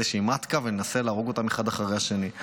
מטקה וננסה להרוג אותם אחד אחרי השני,